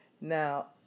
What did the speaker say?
Now